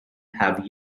have